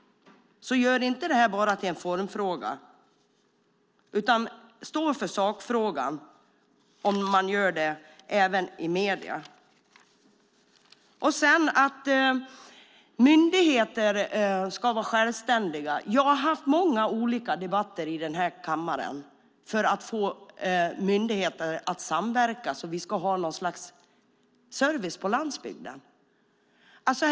Gör alltså inte detta bara till en formfråga, utan stå för sakfrågan om ni gör det även i medierna! När det gäller att myndigheter ska vara självständiga har jag haft många olika debatter i denna kammare för att få myndigheter att samverka så att vi ska ha någon slags service på landsbygden.